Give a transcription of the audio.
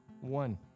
One